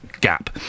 gap